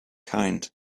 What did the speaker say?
kind